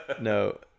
No